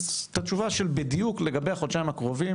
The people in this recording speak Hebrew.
אז התשובה של בדיוק לגבי החודשיים הקרובים